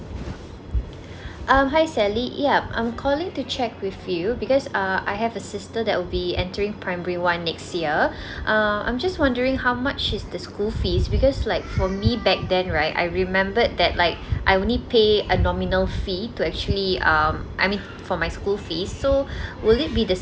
um hi sally yup I'm calling to check with you because uh I have a sister that will be entering primary one next year um I'm just wondering how much is the school fees because like for me back then right I remembered that like I only pay a nominal fee to actually um I mean for my school fees so would it be the same